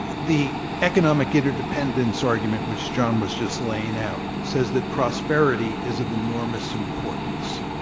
the economic interdependence argument which john was just laying out says that prosperity is of enormous importance.